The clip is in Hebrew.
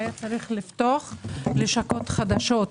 שהיה צריך לפתוח לשכות חדשות.